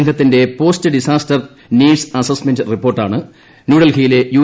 സംഘത്തിന്റെ post disaster needs assessment റിപ്പോർട്ടാണ് ഡൽഹിയിലെ യു